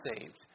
saved